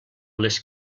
les